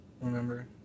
remember